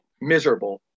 miserable